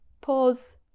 pause